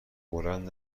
بلند